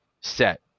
set